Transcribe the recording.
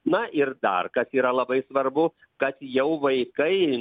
na ir dar kas yra labai svarbu kad jau vaikai